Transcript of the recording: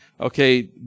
okay